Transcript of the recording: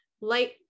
light